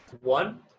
One